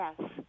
yes